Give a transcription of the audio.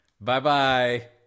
bye-bye